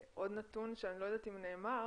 ועוד נתון, שאני לא יודעת אם נאמר